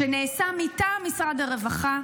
שנעשה מטעם משרד הרווחה,